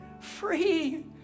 Free